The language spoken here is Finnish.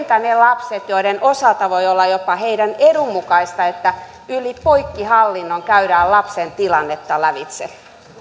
ne lapset joiden osalta voi olla jopa heidän etunsa mukaista että yli poikkihallinnon käydään lapsen tilannetta lävitse